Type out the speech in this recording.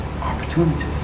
opportunities